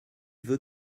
veut